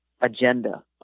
agenda